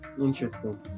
Interesting